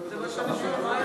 בשנה שעברה,